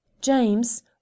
James